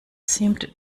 seemed